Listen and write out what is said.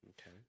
Okay